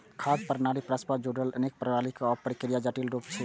खाद्य प्रणाली परस्पर जुड़ल अनेक प्रणाली आ प्रक्रियाक जटिल रूप छियै